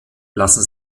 lassen